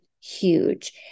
huge